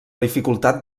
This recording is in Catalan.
dificultat